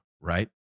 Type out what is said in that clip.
right